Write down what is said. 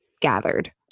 gathered